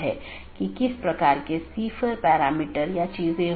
यहाँ multi home AS के 2 या अधिक AS या उससे भी अधिक AS के ऑटॉनमस सिस्टम के कनेक्शन हैं